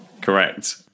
Correct